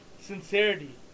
sincerity